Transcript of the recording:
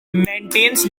maintains